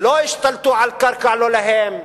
לא השתלטו על קרקע לא להם.